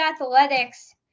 Athletics